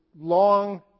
long